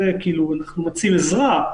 אנחנו מציעים עזרה,